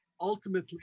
ultimately